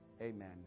Amen